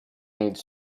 needs